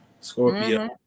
Scorpio